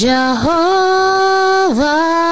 Jehovah